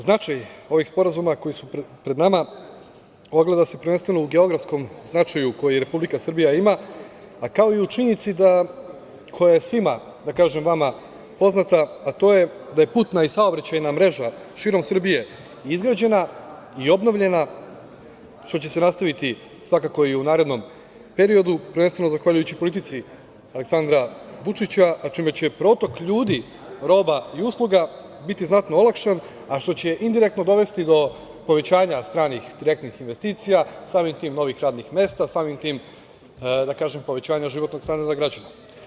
Značaj ovih sporazuma koji su pred nama ogleda se prvenstveno u geografskom značaju koji Republika Srbija ima, kao i u činjenici koja je svima vama poznata, a to je da je putna i saobraćajna mreža širom Srbije izgrađena i obnovljena, što će se nastaviti svakako i u narednom periodu, prvenstveno zahvaljujući politici Aleksandra Vučića, čime će protok ljudi, roba i usluga biti znatno olakšan, a što će indirektno dovesti do povećanja stranih direktnih investicija, samim tim novih radnih mesta, samim tim do povećanja životnog standarda građana.